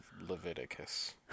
Leviticus